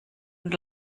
und